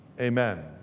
Amen